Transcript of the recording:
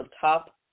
top